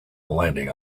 landing